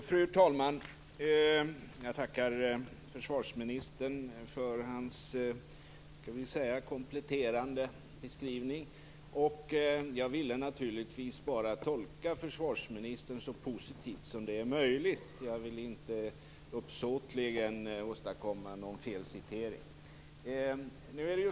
Fru talman! Jag tackar försvarsministern för hans kompletterande beskrivning. Jag ville naturligtvis bara tolka försvarsministern så positivt som möjligt. Jag vill inte uppsåtligen åstadkomma någon felcitering.